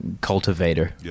cultivator